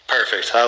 Perfect